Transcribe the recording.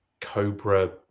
Cobra